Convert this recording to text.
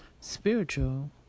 spiritual